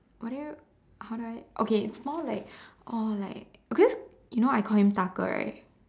what do you how do I okay it's more like or like okay I guess you know I call him 大哥 right